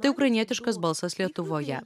tai ukrainietiškas balsas lietuvoje